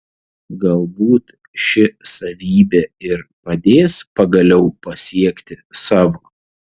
galbūt ši savybė ir padės pagaliau pasiekti savo